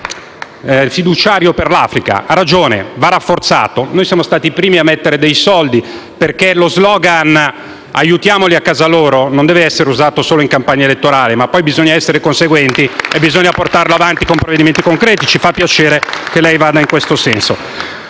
d'emergenza per l'Africa, che va rafforzato. Noi siamo stati i primi a destinarvi dei soldi, perché lo *slogan* "aiutiamoli a casa loro" non deve essere usato solo in campagna elettorale. Poi bisogna essere conseguenti e portarlo avanti con provvedimenti concreti. Ci fa piacere, dunque, che lei vada in questo senso.